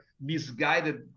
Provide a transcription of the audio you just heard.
misguided